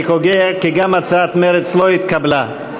אני קובע כי גם הצעת מרצ לא התקבלה.